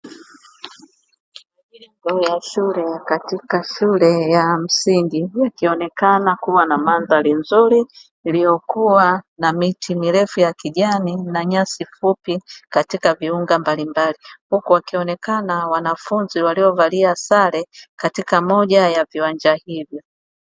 Wanafunzi katika shule ya msingi, ikionekana kuwa na mandhari nzuri iliyokuwa na miti mirefu ya kijani, na nyasi fupi katika viunga mbalimbali; huku wakionekana wanafunzi waliovalia sare katika moja ya viwanja hivyo.